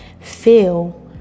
feel